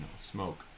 smoke